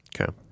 Okay